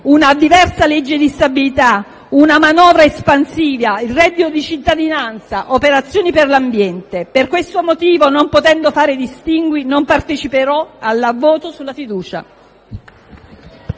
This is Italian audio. una diversa legge di stabilità, una manovra espansiva, il reddito di cittadinanza e operazioni per l'ambiente. Per questo motivo, non potendo fare dei distinguo, non parteciperò al voto sulla fiducia.